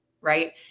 right